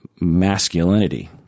masculinity